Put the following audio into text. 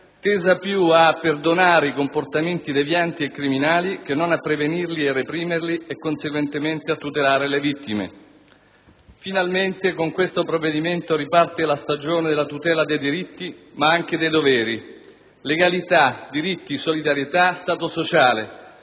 tesa più a perdonare i comportamenti devianti e criminali che non a prevenirli e reprimerli e, conseguentemente, a tutelare le vittime. Finalmente, con il provvedimento al nostro esame, riparte la stagione della tutela dei diritti, ma anche dei doveri. Legalità, diritti, solidarietà e Stato sociale